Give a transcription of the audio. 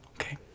Okay